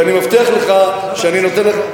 ואני מבטיח לך שאני נותן לך,